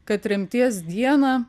kad tremties dieną